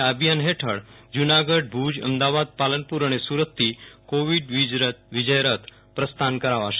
આ અભિયાન હેઠળ જુનાગઢ ભુજ અમદાવાદ પાલનપુર અને સુરતથી કોવીડ વિજય રથ પ્રસ્થાન થશે